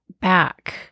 back